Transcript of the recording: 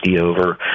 over